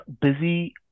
busy